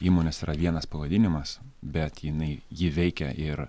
įmonės yra vienas pavadinimas bet jinai ji veikia ir